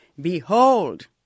behold